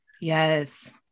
Yes